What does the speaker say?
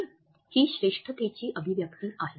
नाही ही श्रेष्ठतेची अभिव्यक्ती आहे